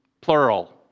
plural